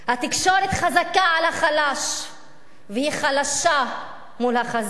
התקשורת חזקה על החלש והיא חלשה מול החזק.